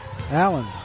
Allen